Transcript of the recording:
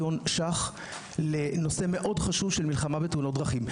ש"ח לנושא מאוד חשוב של מלחמה בתאונות דרכים.